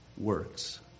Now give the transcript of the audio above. works